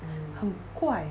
很怪